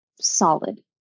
solid